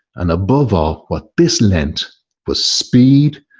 and above all, what this meant was speed,